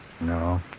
No